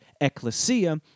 ecclesia